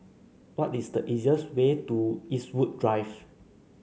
what is the easiest way to Eastwood Drive